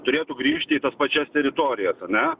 turėtų grįžti į tas pačias teritorijas a ne